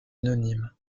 anonyme